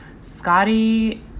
Scotty